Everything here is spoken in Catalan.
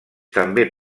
també